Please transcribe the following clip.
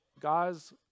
Guys